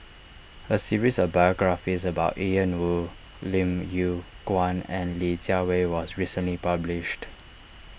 a series of biographies about Ian Woo Lim Yew Kuan and Li Jiawei was recently published